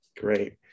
Great